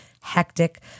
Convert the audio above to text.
hectic